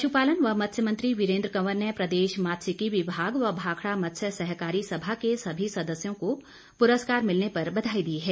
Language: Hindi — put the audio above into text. पशु पालन व मत्स्य मंत्री हुए वीरेन्द्र कंवर ने प्रदेश मात्स्यिकी विभाग व भाखड़ा मत्स्य सहकारी सभा के सभी सदस्यों को पुरस्कार मिलने पर बधाई दी है